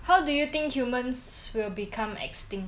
how do you think humans will become extinct